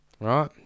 Right